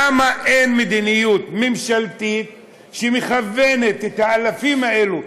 למה אין מדיניות ממשלתית שמכוונת את האלפים האלו,